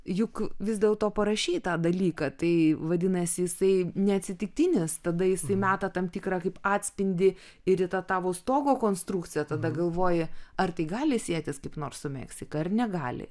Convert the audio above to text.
juk vis dėlto parašytą dalyką tai vadinasi jisai neatsitiktinis tada jisai meta tam tikrą kaip atspindį ir į tą tavo stogo konstrukciją tada galvoji ar tai gali sietis kaip nors su meksika ar negali